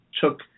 took